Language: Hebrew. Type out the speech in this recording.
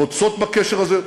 רוצות בקשר הזה,